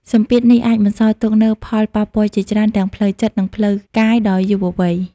សម្ពាធនេះអាចបន្សល់ទុកនូវផលប៉ះពាល់ជាច្រើនទាំងផ្លូវចិត្ត និងផ្លូវកាយដល់យុវវ័យ ។